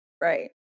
Right